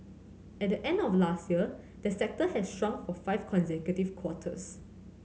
at the end of last year the sector had shrunk of five consecutive quarters